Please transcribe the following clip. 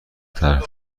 طرح